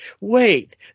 wait